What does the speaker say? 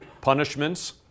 punishments